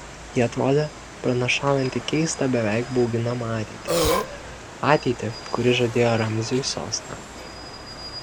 ji atrodė pranašaujanti keistą beveik bauginamą ateitį ateitį kuri žadėjo ramziui sostą